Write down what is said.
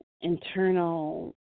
internal